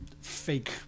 fake